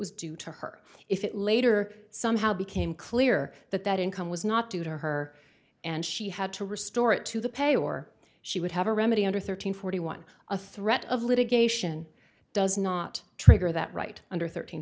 was due to her if it later somehow became clear that that income was not due to her and she had to restore it to the pay or she would have a remedy under thirteen forty one a threat of litigation does not trigger that right under thirteen